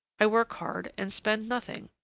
i work hard and spend nothing.